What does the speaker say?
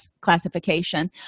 classification